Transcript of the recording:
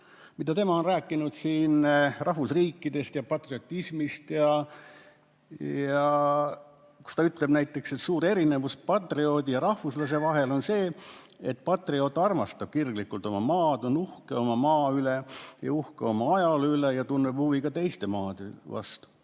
– on rääkinud rahvusriikidest ja patriotismist. Ta ütleb näiteks, et suur erinevus patrioodi ja rahvuslase vahel on see, et patrioot armastab kirglikult oma maad, on uhke oma maa üle ja uhke oma ajaloo üle ja tunneb huvi ka teiste maade vastu.